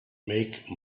make